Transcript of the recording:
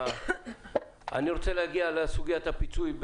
אני רוצה להגיד לסוגיית הפיצוי.